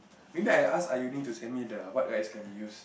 maybe I ask are you need to scan me the what rides can be used